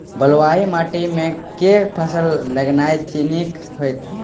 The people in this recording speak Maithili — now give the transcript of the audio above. बलुआही माटि मे केँ फसल लगेनाइ नीक होइत?